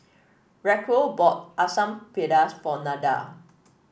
Racquel bought Asam Pedas for Nada